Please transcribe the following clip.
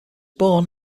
born